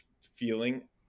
feeling